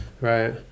right